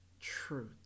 truth